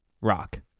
rock